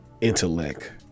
intellect